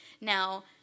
Now